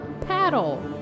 paddle